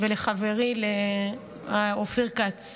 ולחברי אופיר כץ,